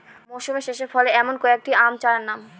মরশুম শেষে ফলে এমন কয়েক টি আম চারার নাম?